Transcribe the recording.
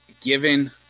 Given